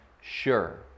sure